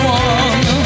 one